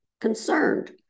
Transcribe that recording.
concerned